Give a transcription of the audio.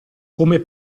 come